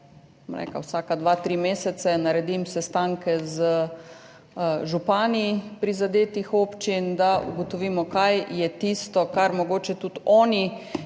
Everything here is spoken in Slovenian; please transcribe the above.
vsaka dva, tri mesece naredim sestanke z župani prizadetih občin, da ugotovimo, kaj je tisto, kar mogoče tudi oni vidijo